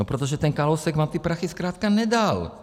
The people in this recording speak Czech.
No protože ten Kalousek vám ty prachy zkrátka nedal.